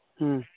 ᱦᱮᱸ